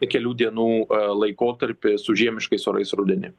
kelių dienų laikotarpį su žiemiškais orais rudenį